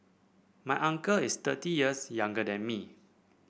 my uncle is thirty years younger than me